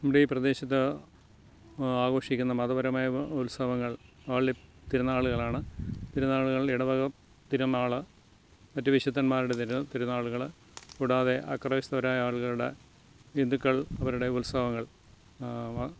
നമ്മുടെ ഈ പ്രദേശത്ത് ആഘോഷിക്കുന്ന മതപരമായ ഉത്സവങ്ങൾ തിരുനാളുകളാണ് തിരുനാളുകൾ ഇടവക തിരുനാൾ മറ്റു വിശുദ്ധന്മാരുടെ തിരുന്നാളുകൾ കൂടാതെ അക്രൈസ്തവരായ ആളുകളുടെ ഹിന്ദുക്കൾ അവരുടെ ഉത്സവങ്ങൾ